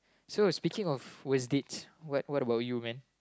so speaking of worst dates what what about you man